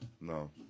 No